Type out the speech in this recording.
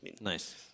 Nice